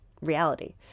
reality